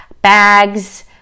bags